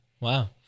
Wow